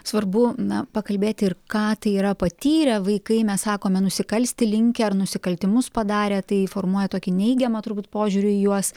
svarbu na pakalbėti ir ką tai yra patyrę vaikai mes sakome nusikalsti linkę ar nusikaltimus padarę tai formuoja tokį neigiamą turbūt požiūrį į juos